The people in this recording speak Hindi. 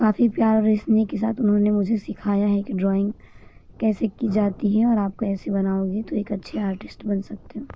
काफ़ी प्यार और स्नेह के साथ उन्होंने मुझे सिखाया है की ड्रॉइंग कैसे की जाती है और आप कैसी बनाओगी तो एक अच्छी आर्टिस्ट बन सकती हूँ